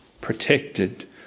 protected